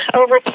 over